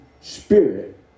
spirit